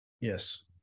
Yes